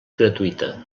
gratuïta